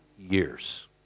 years